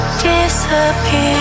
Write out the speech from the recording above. disappear